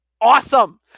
awesome